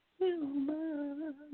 human